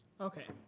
Okay